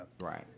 Right